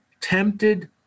tempted